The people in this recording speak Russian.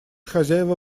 хозяева